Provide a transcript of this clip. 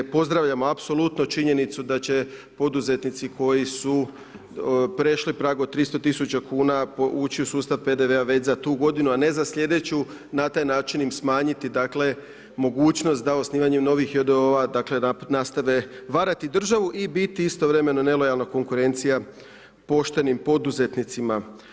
Pozdravljamo apsolutno činjenicu da će poduzetnici koji su prešli prag od 300 000 kuna ući u sustav PDV-a već za tu godinu, a ne za sljedeću na taj način im smanjiti mogućnost da osnivanjem novih J.D.O.O.-ova nastave varati državu i biti istovremeno nelojalna konkurencija poštenim poduzetnicima.